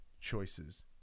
choices